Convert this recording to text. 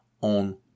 on